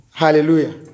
Hallelujah